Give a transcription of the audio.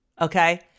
Okay